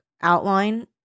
outline